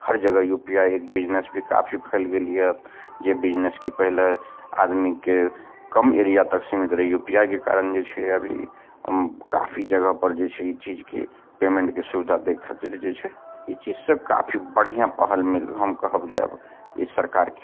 हर जगह U P I एक business भी काफी फैल गेल यए जे बिजनेस की पहिले आदमीके कम एरिया तक सीमित रहियौ यू पी आइ के कारण जे छै अभी काफी जगह पर जे छै ई चीजके पेमेन्टके सुविधा दै खातिर जे छै ई चीज सब काफी बढ़िऑं पहल मिल हम कहब जे आब ई सरकार